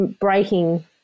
breaking